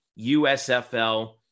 usfl